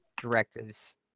directives